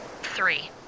three